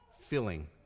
filling